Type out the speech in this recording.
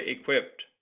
equipped